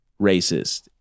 racist